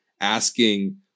asking